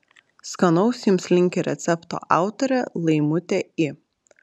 skanaus jums linki recepto autorė laimutė i